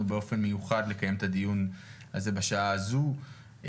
באופן מיוחד לקיים את הדיון הזה בשעה הזו,